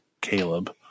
Caleb